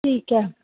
ਠੀਕ ਹੈ